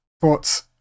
thoughts